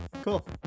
Cool